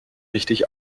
richtig